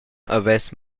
havess